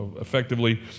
effectively